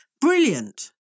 Brilliant